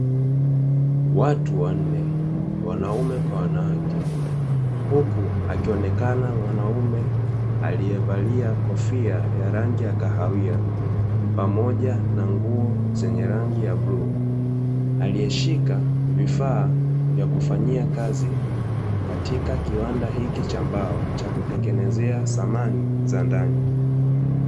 Watu wanne, wanaume kwa wanawake, huku akionekana mwanaume aliyevalia kofia ya rangi ya kahawia pamoja na nguo zenye rangi ya bluu, aliyeshika vifaa vya kufanyia kazi katika kiwanda hiki cha mbao cha kutengenezea samani za ndani.